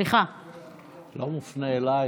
זה לא מופנה אלייך.